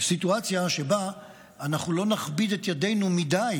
לסיטואציה שבה אנחנו לא נכביד את ידינו מדי,